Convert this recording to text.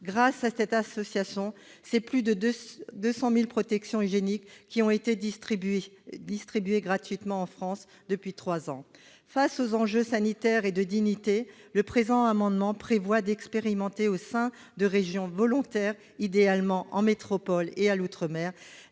Grâce à cette association, plus de 200 000 protections hygiéniques ont été distribuées gratuitement en France depuis trois ans. Face à ces enjeux sanitaires et de dignité, le présent amendement vise à expérimenter, au sein de régions volontaires, idéalement en métropole et outre-mer,